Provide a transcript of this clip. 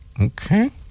Okay